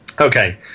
Okay